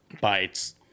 bites